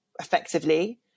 effectively